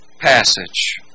passage